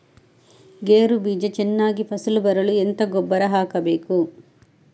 ಗೇರು ಬೀಜ ಚೆನ್ನಾಗಿ ಫಸಲು ಬರಲು ಎಂತ ಗೊಬ್ಬರ ಹಾಕಬೇಕು?